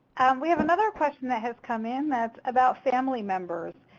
and we have another question that has come in that's about family members.